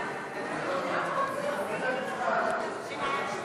סעיפים 1